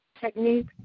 technique